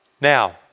Now